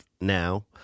now